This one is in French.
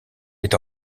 est